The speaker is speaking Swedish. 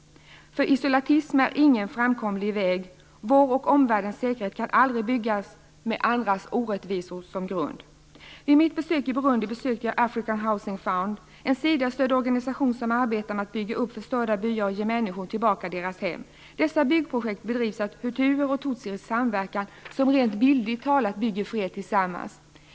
Isolationism är ingen framkomlig väg. Vår och omvärldens säkerhet kan aldrig byggas med andras orättvisor som grund. Vid mitt besök i Burundi besökte jag African Housing Fund, en SIDA-stödd organisation som arbetar med att bygga upp förstörda byar och ge människor tillbaka deras hem. Dessa byggprojekt bedrivs av hutuer och tutsier i samverkan - rent bokstavligt bygger de nu upp freden tillsammans.